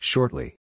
Shortly